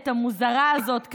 המוזרה הזאת,